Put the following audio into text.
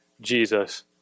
Jesus